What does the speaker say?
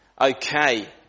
Okay